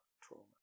trauma